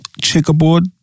checkerboard